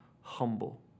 humble